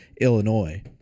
Illinois